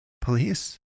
Police